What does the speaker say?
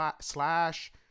Slash